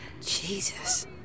Jesus